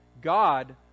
God